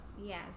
Yes